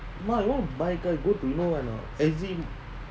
mah you want buy car you go to you know where a not